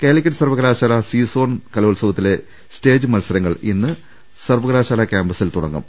കാലിക്കറ്റ് സർവകലാശാല C zone കലോത്സവത്തിലെ stage മത്സരങ്ങൾ ഇന്ന് സർവകലാശാല ക്യാമ്പസിൽ തുടങ്ങും